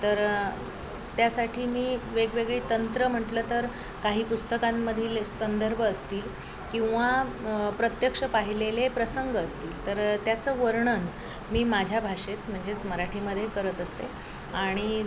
तर त्यासाठी मी वेगवेगळी तंत्रं म्हटलं तर काही पुस्तकांमधील संदर्भ असतील किंवा प्रत्यक्ष पाहिलेले प्रसंग असतील तर त्याचं वर्णन मी माझ्या भाषेत म्हणजेच मराठीमध्ये करत असते आणि